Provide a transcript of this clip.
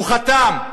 הוא חתם,